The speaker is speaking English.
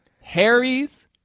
Harry's